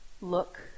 look